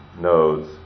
nodes